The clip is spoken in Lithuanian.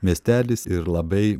miestelis ir labai